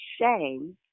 shame